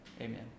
amen